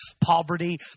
poverty